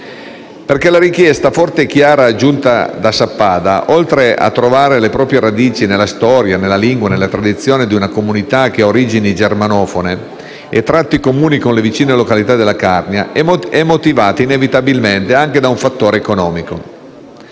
la richiesta forte e chiara giunta da Sappada, oltre a trovare le proprie radici nella storia, nella lingua, nella tradizione di una comunità che ha origini germanofone e tratti comuni con le vicine località della Carnia, è motivata, inevitabilmente, anche da un fattore economico.